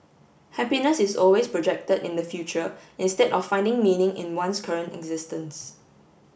happiness is always projected in the future instead of finding meaning in one's current existence